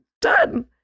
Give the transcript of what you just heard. done